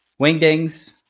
Wingdings